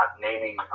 naming